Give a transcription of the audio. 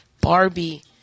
Barbie